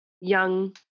young